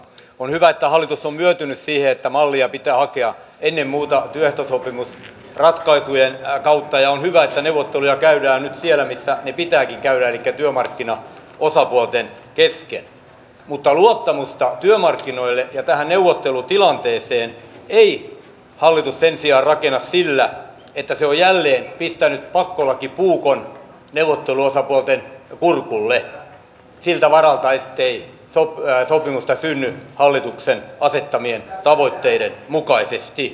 on hyvä että hallitus on myöntynyt siihen että mallia pitää hakea ennen muuta työehtosopimusratkaisujen kautta ja on hyvä että neuvotteluja käydään nyt siellä missä ne pitääkin käydä elikkä työmarkkinaosapuolten kesken mutta luottamusta työmarkkinoille ja tähän neuvottelutilanteeseen ei hallitus sen sijaan rakenna sillä että se on jälleen pistänyt pakkolakipuukon neuvotteluosapuolten kurkulle siltä varalta ettei sopimusta synny hallituksen asettamien tavoitteiden mukaisesti